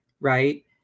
right